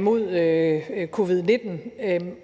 mod covid-19,